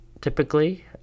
typically